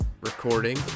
recording